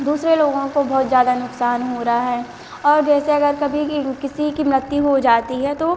दूसरे लोगों को बहुत ज़्यादा नुकसान हो रहा है और जैसे अगर कभी भी किसी की मृत्यु हो जाती है तो